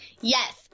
Yes